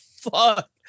fuck